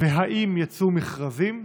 והאם יצאו מכרזים?